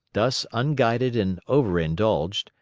thus unguided and overindulged,